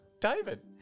David